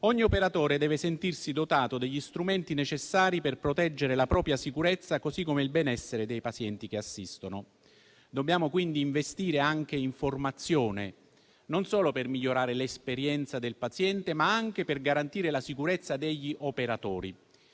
Ogni operatore deve sentirsi dotato degli strumenti necessari per proteggere la propria sicurezza, così come il benessere dei pazienti che assiste. Dobbiamo quindi investire anche in formazione, non solo per migliorare l'esperienza del paziente, ma anche per garantire la sicurezza degli operatori.